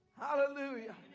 Hallelujah